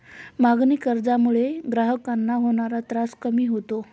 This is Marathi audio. मागणी कर्जामुळे ग्राहकांना होणारा त्रास कमी होतो